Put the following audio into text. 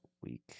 week